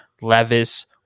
levis